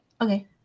Okay